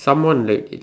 someone that